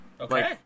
Okay